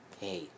Hey